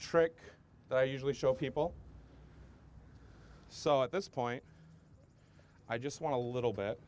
trick that i usually show people so at this point i just want to little bit